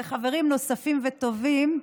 וחברים נוספים וטובים.